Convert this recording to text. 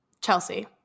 Chelsea